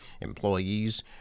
Employees